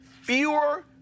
fewer